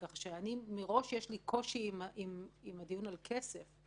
של שינוי היחס לתופעת הזנות.